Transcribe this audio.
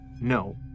no